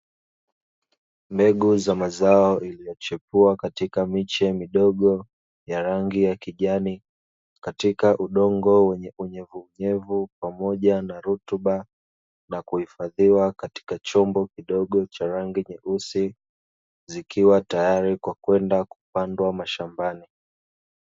Mbegu za mazao zilizo chipua katika miche midogo ya rangi ya kijani, katika udongo wenye unyevunyevu pamoja na rutuba na kuhifadhiwa katika chombo kidogo cha rangi nyeusi, zikiwa tayari kwa kwenda kupandwa mashambani.